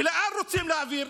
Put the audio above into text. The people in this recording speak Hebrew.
ולאן רוצים להעביר?